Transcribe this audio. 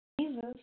Jesus